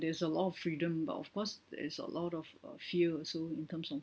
there's a lot of freedom but of course there's a lot of uh fear also in terms of